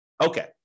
Okay